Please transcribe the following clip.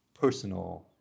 personal